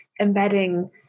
embedding